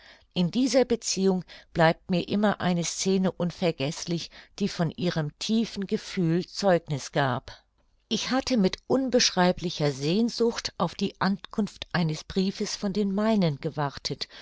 in dieser beziehung bleibt mir immer eine scene unvergeßlich die von ihrem tiefen gefühl zeugniß gab ich hatte mit unbeschreiblicher sehnsucht auf die ankunft eines briefes von den meinen gewartet